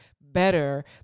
better